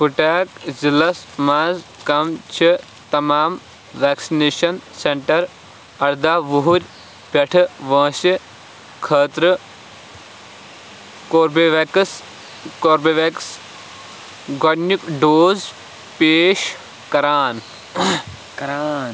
کوٚٹیک ضِلَس منٛز کَم چھِ تَمام وٮ۪کسِنیشَن سٮ۪نٹَر اَرداہ وُہُرۍ پٮ۪ٹھٕ وٲنٛسہِ خٲطرٕ کوٚربیوٮ۪کٕس کوٚربیوٮ۪کٕس گۄڈنیُک ڈوز پیش کران کَران